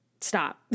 stop